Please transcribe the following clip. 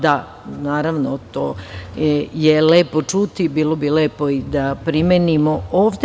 Da, naravno, to je lepo čuti, bilo bi lepo i da primenimo ovde.